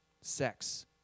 sex